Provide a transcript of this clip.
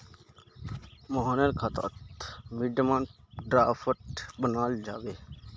मोहनेर खाता स डिमांड ड्राफ्ट बनाल जाबे